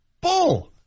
Bull